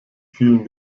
fielen